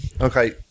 okay